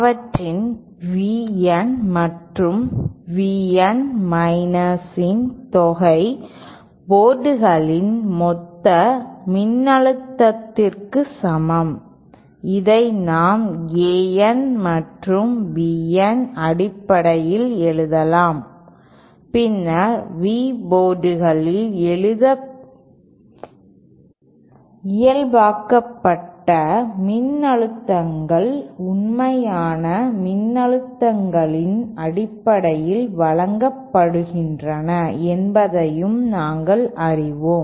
அவற்றின் VN மற்றும் VN மைனஸ்ஸின் தொகை போர்ட்களின் மொத்த மின்னழுத்தத்திற்கு சமம் இதை நாம் a N மற்றும் b N அடிப்படையில் எழுதலாம் பின்னர் V போர்ட்டில் இயல்பாக்கப்பட்ட மின்னழுத்தங்கள் உண்மையான மின்னழுத்தங்களின் அடிப்படையில் வழங்கப்படுகின்றன என்பதையும் நாங்கள் அறிவோம்